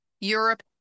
Europe